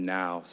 now